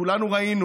כולנו ראינו